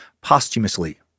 posthumously